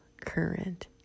current